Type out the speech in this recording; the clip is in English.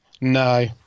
No